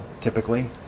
typically